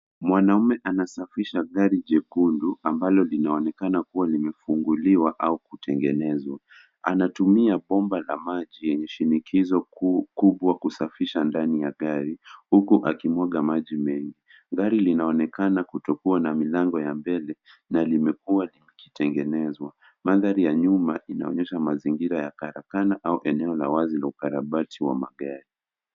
Mwanaume anasafisha gari jekundu ambalo linaonekana kuwa limefunguliwa au kutengenezwa, anatumia bomba la maji yenye shinikizo kuu kubwa kusafisha ndani ya gari, huko akimwaga maji mengi, gari inaonekana kutokuwa na milango ya mbele na li mekuwa likitengenezwa, mandhali ya nyuma linaunyosha mazingira ya karakana au eneo la wazi la ukarabati wa magari.